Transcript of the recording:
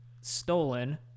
stolen